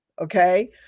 okay